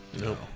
No